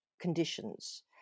conditions